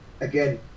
Again